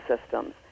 systems